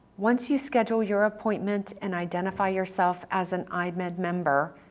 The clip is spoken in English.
once you schedule your appointment and identify yourself as an eyemed member,